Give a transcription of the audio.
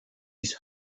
his